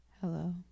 Hello